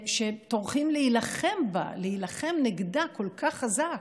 טורחים להילחם בה, להילחם נגדה כל כך חזק.